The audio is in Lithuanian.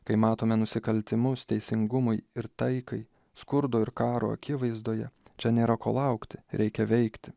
kai matome nusikaltimus teisingumui ir taikai skurdo ir karo akivaizdoje čia nėra ko laukti reikia veikti